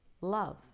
love